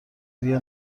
دیگر